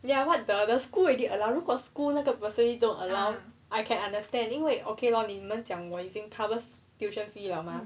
ya what the the school already allowed 如果 school 那个 personally don't allow I can understand 因为 okay lor 你们讲我已经 cover tuition fee liao mah